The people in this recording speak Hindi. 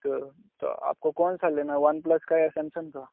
तो तो आपको कौन सा लेना है वन प्लस का या सैमसंग का